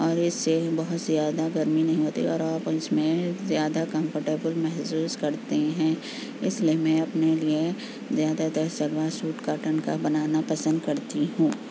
اور اس سے بہت زیادہ گرمی نہیں ہوتی اور آپ اس میں زیادہ کمفرٹیبل محسوس کرتے ہیں اس لیے میں اپنے لیے زیادہ تر شلوار سوٹ کاٹن کا بنانا پسند کرتی ہوں